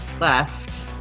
left